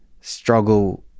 struggle